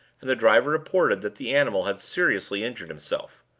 and the driver reported that the animal had seriously injured himself.